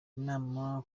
inama